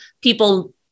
people